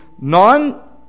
non